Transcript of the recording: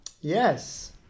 yes